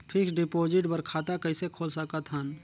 Fixed deposit बर खाता कइसे खोल सकत हन?